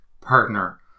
partner